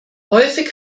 häufig